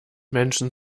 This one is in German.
menschen